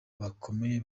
bakomeye